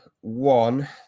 One